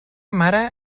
mare